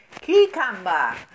Cucumber